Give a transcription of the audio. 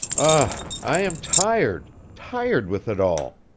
ah, i am tired tired with it all!